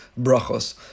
brachos